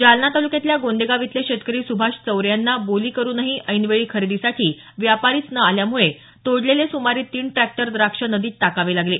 जालना तालुक्यातल्या गोंदेगाव इथले शेतकरी सुभाष चवरे यांना बोली करूनही ऐनवेळी खरेदीसाठी व्यापारीच न आल्यामुळे तोडलेले सुमारे तीन ट्रॅक्टर द्राक्ष नदीत टाकावे लागले